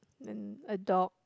and a dog